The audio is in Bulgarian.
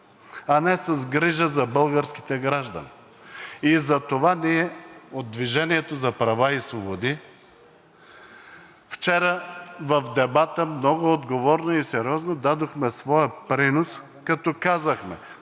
а не с грижа за българските граждани. Затова ние от „Движение за права и свободи“ вчера в дебата много отговорно и сериозно дадохме своя принос, като казахме